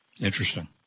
Interesting